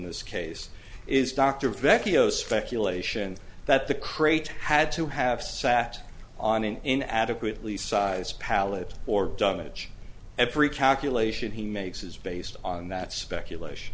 this case is dr vecchio speculation that the crate had to have sat on it in adequately size pallet or done it every calculation he makes is based on that speculation